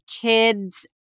kid's